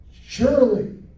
Surely